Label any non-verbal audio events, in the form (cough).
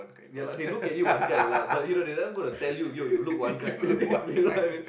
ya lah they look at you one kind lah but you know they'll never going to tell you yo you look one kind (laughs) you know what I mean